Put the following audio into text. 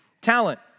talent